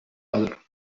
other